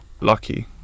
lucky